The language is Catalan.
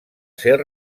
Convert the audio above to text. ser